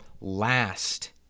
last